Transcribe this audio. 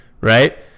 right